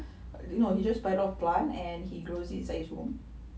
no he just buy all plants and he grows inside his room